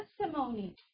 testimony